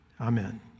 Amen